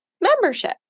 membership